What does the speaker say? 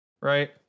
right